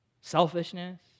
Selfishness